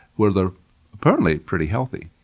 where they're apparently pretty healthy.